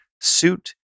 suit